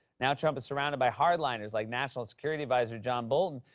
now trump is surrounded by hard-liners like national security advisor john bolton,